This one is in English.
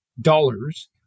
dollars